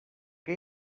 que